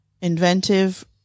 inventive